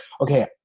okay